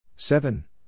Seven